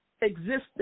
existence